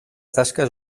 tasques